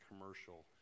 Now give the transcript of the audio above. commercial